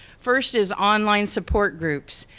first is online support groups,